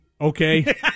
okay